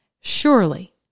Surely